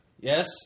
Yes